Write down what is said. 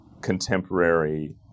contemporary